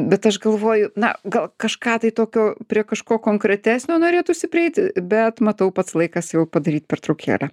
bet aš galvoju na gal kažką tai tokio prie kažko konkretesnio norėtųsi prieiti bet matau pats laikas jau padaryt pertraukėlę